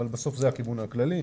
בסוף זה הכיוון הכללי.